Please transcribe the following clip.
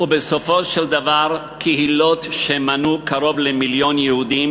בסופו של דבר קהילות שמנו קרוב למיליון יהודים